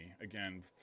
Again